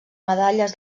medalles